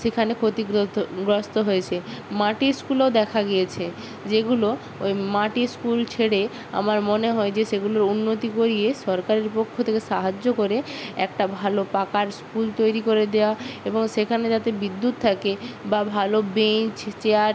সেখানে ক্ষতি গ্রস্ত হয়েছে মাটির স্কুলও দেখা গিয়েছে যেগুলো ওই মাটির স্কুল ছেড়ে আমার মনে হয় যে সেগুলোর উন্নতি করিয়ে সরকারের পক্ষ থেকে সাহায্য করে একটা ভালো পাকা স্কুল তৈরি করে দেওয়া এবং সেখানে যাতে বিদ্যুৎ থাকে বা ভালো বেঞ্চ চেয়ার